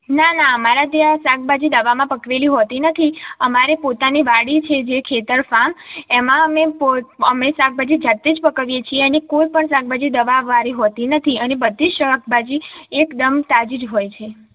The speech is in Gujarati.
ના ના અમારા ત્યાં શાકભાજી દવામાં પકવેલી હોતી નથી અમારે પોતાની વાડી છે જે ખેતર ફાર્મ એમાં અમે પોતે શાકભાજી જાતે જ પકવીએ છીએ અને કોઈ પણ શાકભાજી દવા વાળી હોતી નથી અને બધી જ શાકભાજી એકદમ તાજી જ હોય છે